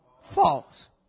false